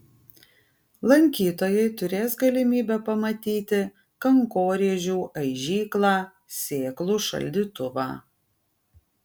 lankytojai turės galimybę pamatyti kankorėžių aižyklą sėklų šaldytuvą